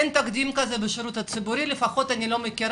אין תקדים כזה בשירות הציבורי, לפחות ממה